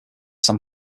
san